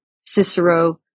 Cicero